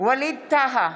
ווליד טאהא,